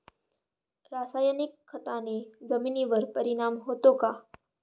रासायनिक खताने जमिनीवर परिणाम होतो का?